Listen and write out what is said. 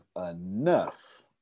enough